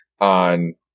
on